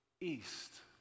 East